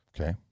Okay